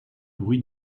bruit